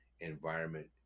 environment